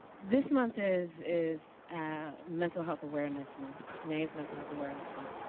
this month is is mental health awareness month. may is mental health awareness month,